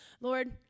Lord